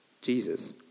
Jesus